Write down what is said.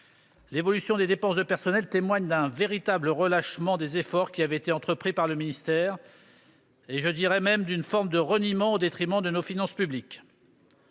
évolution témoigne d'un véritable relâchement des efforts qui avaient été entrepris par le ministère ; je dirais même d'une forme de reniement au détriment de nos finances publiques.